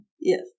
Yes